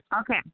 Okay